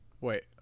Wait